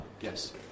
Yes